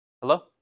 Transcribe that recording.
Hello